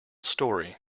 story